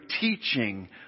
teaching